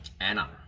Anna